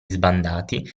sbandati